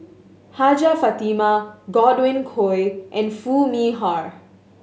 Hajjah Fatimah Godwin Koay and Foo Mee Har